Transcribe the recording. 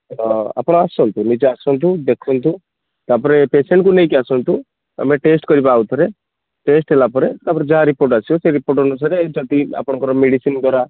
ତ ଆପଣ ଆସନ୍ତୁ ନିଜେ ଆସନ୍ତୁ ଦେଖନ୍ତୁ ତାପରେ ପେସେଣ୍ଟକୁ ନେଇକି ଆସନ୍ତୁ ଆମେ ଟେଷ୍ଟ କରିବା ଆଉ ଥରେ ଟେଷ୍ଟ ହେଲା ପରେ ତାପରେ ଯାହା ରିପୋର୍ଟ ଆସିବ ସେଇ ରିପୋର୍ଟ ଅନୁସାରେ ଯଦି ଆପଣଙ୍କର ମେଡିସିନ ଦ୍ଵାରା